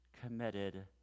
committed